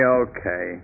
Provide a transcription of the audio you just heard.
okay